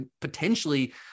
potentially